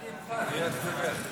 אני מוכן להיות מתווך.